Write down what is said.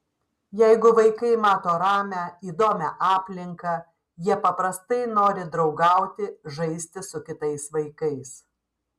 jeigu vaikai mato ramią įdomią aplinką jie paprastai nori draugauti žaisti su kitais vaikais